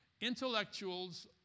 intellectuals